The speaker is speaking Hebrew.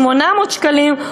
800 שקלים,